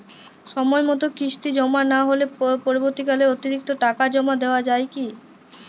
সময় মতো কিস্তি জমা না হলে পরবর্তীকালে অতিরিক্ত টাকা জমা দেওয়া য়ায় কি?